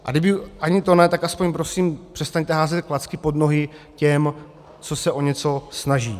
A kdyby ani to ne, tak aspoň prosím přestaňte házet klacky pod nohy těm, co se o něco snaží.